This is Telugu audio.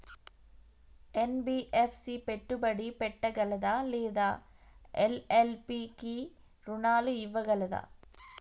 ఎన్.బి.ఎఫ్.సి పెట్టుబడి పెట్టగలదా లేదా ఎల్.ఎల్.పి కి రుణాలు ఇవ్వగలదా?